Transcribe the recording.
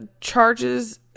charges